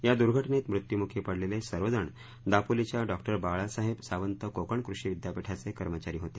या दुर्घटनेत मृत्युमुखी पडलेले सर्वजण दापोलीच्या डॉक्टर बाळासाहेब सावंत कोकण कृषी विद्यापीठाचे कर्मचारी होते